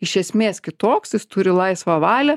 iš esmės kitoks jis turi laisvą valią